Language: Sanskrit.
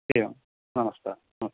एवं नमस्कारः